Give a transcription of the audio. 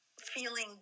feeling